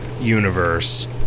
universe